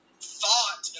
thought